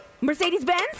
Mercedes-Benz